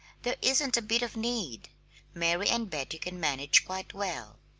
there isn't a bit of need mary and betty can manage quite well.